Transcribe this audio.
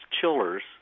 chillers